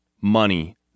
money